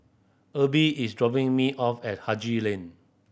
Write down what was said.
Erby is dropping me off at Haji Lane